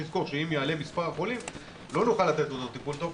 צריך לזכור שאם יעלו מס' החולים לא נוכל לתת את אותו טיפול טוב,